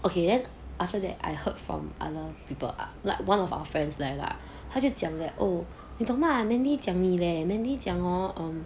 okay then after that I heard from other people are like one of our friends 来了他就讲的 oh 你懂吗 mandy 讲你 leh mandy 讲 hor